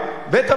בית-המשפט,